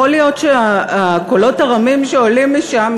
יכול להיות שהקולות הרמים שעולים משם,